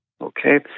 Okay